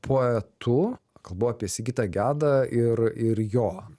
poetu kalbu apie sigitą gedą ir ir jo